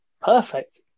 Perfect